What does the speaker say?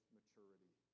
maturity